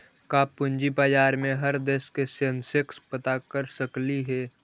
का पूंजी बाजार में हर देश के सेंसेक्स पता कर सकली हे?